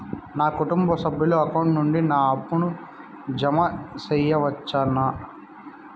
నా కుటుంబ సభ్యుల అకౌంట్ నుండి నా అప్పును జామ సెయవచ్చునా?